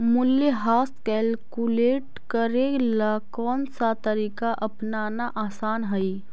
मूल्यह्रास कैलकुलेट करे ला कौनसा तरीका अपनाना आसान हई